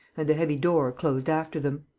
and the heavy door closed after them.